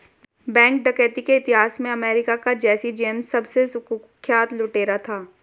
bank डकैती के इतिहास में अमेरिका का जैसी जेम्स सबसे कुख्यात लुटेरा था